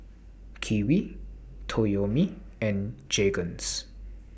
Kiwi Toyomi and Jergens